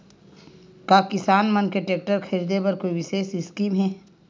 का किसान मन के टेक्टर ख़रीदे बर कोई विशेष स्कीम हे?